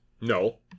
No